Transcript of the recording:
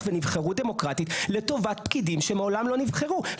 ונבחרו דמוקרטית לטובת פקידים שמעולם לא נבחרו.